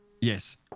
yes